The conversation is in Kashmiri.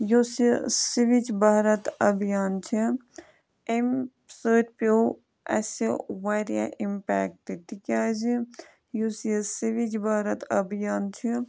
یُس یہِ سِوِج بھارَت ابھیان چھِ أمۍ سۭتۍ پٮ۪وو اَسہِ واریاہ اِمپیکٹہٕ تِکیٛازِ یُس یہِ سِوِج بھارَت ابھیان چھِ